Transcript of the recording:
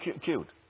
cute